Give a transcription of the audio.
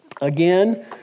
Again